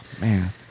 Man